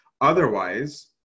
Otherwise